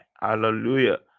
hallelujah